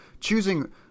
choosing